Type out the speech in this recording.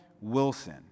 Wilson